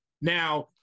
Now